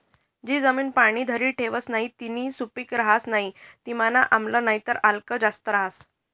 जी जमीन पाणी धरी ठेवस नही तीनी सुपीक रहस नाही तीनामा आम्ल नाहीतर आल्क जास्त रहास